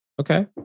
Okay